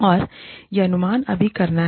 और यह अनुमान अभी करना है